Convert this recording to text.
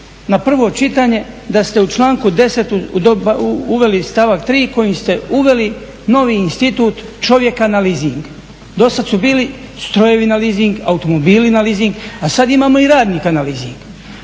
na prvo čitanje da ste u članku 10. uveli stavak 3 kojim ste uveli novi institut čovjeka na leasing? Do sad su bili strojevi na leasing, automobili na leasing, a sada imamo i radnika na leasing.